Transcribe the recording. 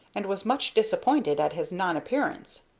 and was much disappointed at his non-appearance.